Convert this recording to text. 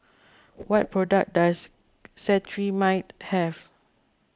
what products does Cetrimide have